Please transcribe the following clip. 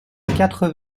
quatre